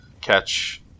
catch